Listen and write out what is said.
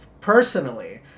personally